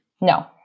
No